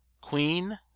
Queen